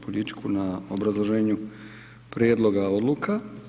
Poljičku obrazloženju prijedloga odluka.